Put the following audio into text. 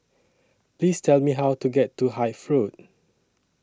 Please Tell Me How to get to Hythe Road